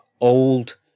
old